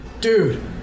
Dude